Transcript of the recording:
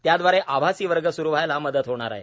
त्याव्दारे आभासी वर्ग स्रू व्हायला मदत होणार आहे